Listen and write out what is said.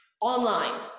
online